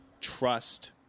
trust